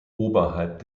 oberhalb